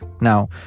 Now